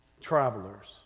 travelers